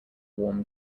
warm